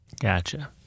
Gotcha